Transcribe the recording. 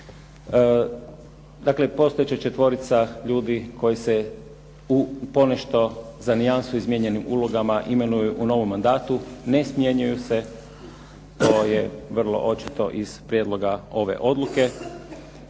Dakle, postojeća četvorica ljudi koji se u ponešto za nijansu izmijenjenim ulogama imenuju u novom mandatu ne smjenjuju se. To je vrlo očito iz prijedloga ove odluke.